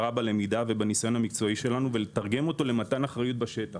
בלמידה ובניסיון המקצועי שלנו ולתרגם אותו למתן אחריות בשטח.